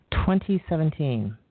2017